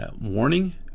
warning